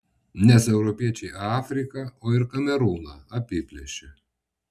nes europiečiai afriką o ir kamerūną apiplėšė